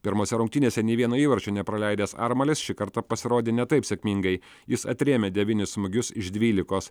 pirmose rungtynėse nei vieno įvarčio nepraleidęs armalis šį kartą pasirodė ne taip sėkmingai jis atrėmė devynis smūgius iš dvylikos